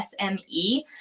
SME